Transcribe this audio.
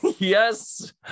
Yes